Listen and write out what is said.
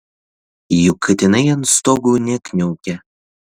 juk katinai ant stogų nekniaukė